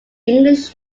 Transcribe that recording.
english